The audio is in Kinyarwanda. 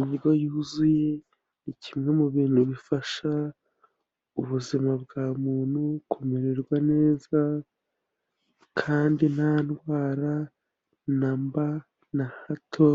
Indyo yuzuye ni kimwe mu bintu bifasha ubuzima bwa muntu kumererwa neza kandi nta ndwara namba na hato